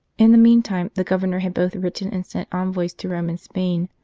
in the meantime the governor had both written and sent envoys to rome and spain,